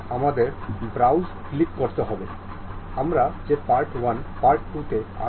আমরা এই ক্র্যাঙ্ক রডটি এটি থেকে বের করে আনব